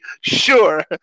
sure